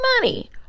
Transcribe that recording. money